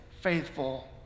faithful